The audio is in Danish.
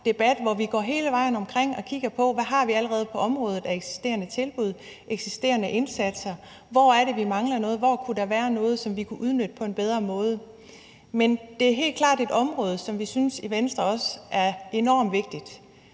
hvor vi går hele vejen omkring og kigger på, hvad vi allerede har på området af eksisterende tilbud og indsatser, og hvor det er, vi mangler noget. Hvor kunne der være noget, som vi kunne udnytte på en bedre måde? Men det er helt klart et område, som vi også i Venstre synes er enormt vigtigt.